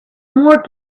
more